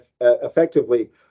effectively